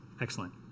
Excellent